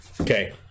Okay